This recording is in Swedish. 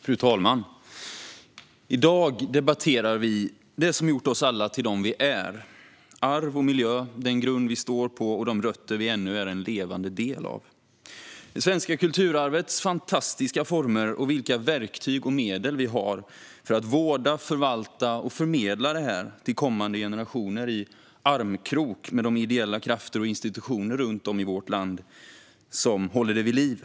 Fru talman! I dag debatterar vi det som har gjort oss alla till dem vi är: arv och miljö, den grund vi står på och de rötter vi ännu är en levande del av. Det handlar om det svenska kulturarvets fantastiska former och vilka verktyg och medel vi har för att vårda, förvalta och förmedla detta till kommande generationer - i armkrok med de ideella krafter och institutioner runt om i vårt land som håller det vid liv.